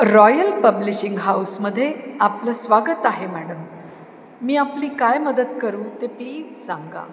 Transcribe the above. royal publishing हाऊसमध्ये आपलं स्वागत आहे मॅडम मी आपली काय मदत करू ते प्लीज सांगा